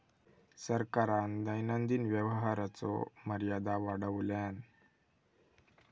सरकारान दैनंदिन व्यवहाराचो मर्यादा वाढवल्यान